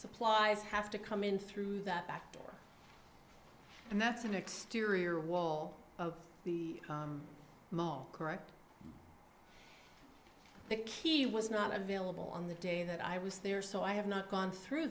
supplies have to come in through that back door and that's an exterior wall of the mall correct the key was not available on the day that i was there so i have not gone through